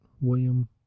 William